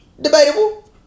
Debatable